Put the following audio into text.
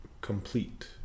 Complete